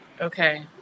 Okay